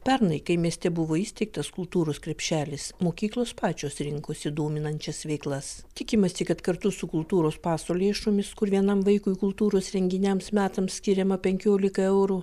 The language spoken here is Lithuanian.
pernai kai mieste buvo įsteigtas kultūros krepšelis mokyklos pačios rinkosi dominančias veiklas tikimasi kad kartu su kultūros paso lėšomis kur vienam vaikui kultūros renginiams metams skiriama penkiolika eurų